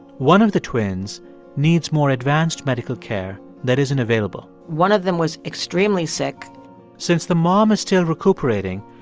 one of the twins needs more advanced medical care that isn't available one of them was extremely sick since the mom is still recuperating,